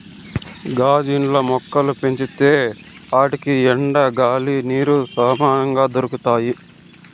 గాజు ఇండ్లల్ల మొక్కలు పెంచితే ఆటికి ఎండ, గాలి, నీరు సమంగా దొరకతాయి